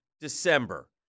December